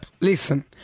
Listen